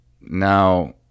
Now